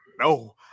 no